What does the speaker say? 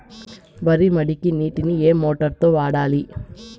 వరి మడికి నీటిని ఏ మోటారు తో వాడాలి?